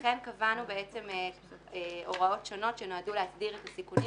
לכן קבענו הוראות שונות שנועדו להסדיר את הסיכונים